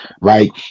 right